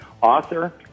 author